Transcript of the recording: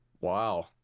Wow